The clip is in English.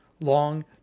long